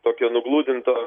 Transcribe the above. tokia nugludinto